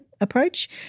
approach